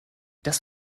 das